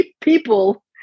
people